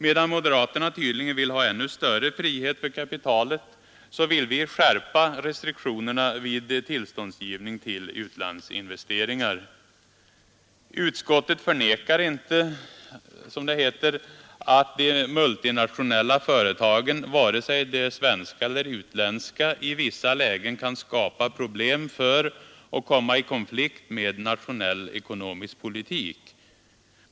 Medan moderaterna tydligen vill ha ännu större frihet för kapitalet, så vill vi skärpa restriktionerna vid tillståndsgivning till utlandsinvesteringar. Utskottet förnekar inte, som det heter, ”att de multinationella företagen, vare sig de är svenska eller utländska, i vissa lägen kan skapa problem för och komma i konflikt med nationell ekonomisk politik”.